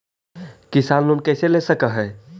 किसान लोन कैसे ले सक है?